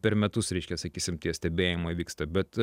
per metus reiškia sakysim tie stebėjimai vyksta bet